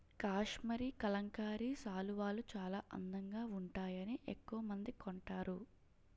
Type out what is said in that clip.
కాశ్మరీ కలంకారీ శాలువాలు చాలా అందంగా వుంటాయని ఎక్కవమంది కొంటారు